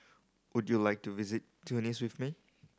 would you like to visit Tunis with me